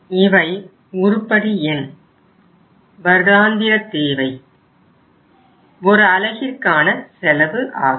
இவை உருப்படி எண் வருடாந்திர தேவை ஒரு அலகிற்கான செலவு ஆகும்